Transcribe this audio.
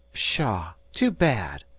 pshaw too bad.